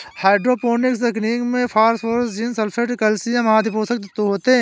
hydroponics तकनीक में phosphorus, zinc, sulphur, calcium आदि पोषक तत्व होते है